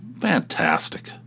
Fantastic